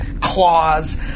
claws